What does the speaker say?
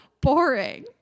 boring